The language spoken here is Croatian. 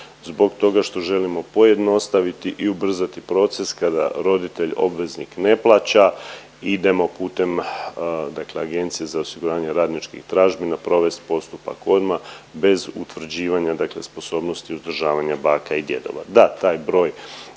Zbog toga što želimo pojednostaviti i ubrzati proces kada roditelj obveznik ne plaća, idemo putem dakle Agencije za osiguranje radničkih tražbina provest postupak odmah bez utvrđivanja dakle sposobnosti uzdržavanja baka i djedova.